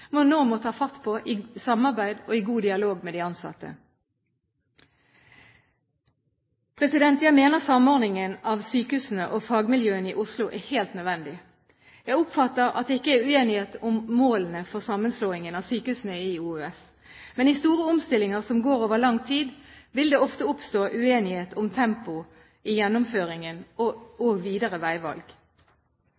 nå må ta fatt på i samarbeid og i god dialog med de ansatte. Jeg mener samordningen av sykehusene og fagmiljøene i Oslo er helt nødvendig. Jeg oppfatter at det ikke er uenighet om målene for sammenslåingen av sykehusene i Oslo universitetssykehus. Men i store omstillinger som går over lang tid, vil det ofte oppstå uenighet om tempo i gjennomføringen og